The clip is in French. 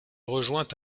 rejoint